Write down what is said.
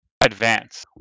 advance